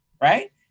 right